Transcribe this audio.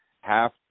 half